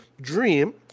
dream